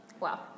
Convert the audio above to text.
Wow